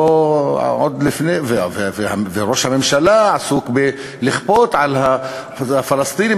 ראש הממשלה עסוק בלכפות על הפלסטינים,